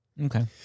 Okay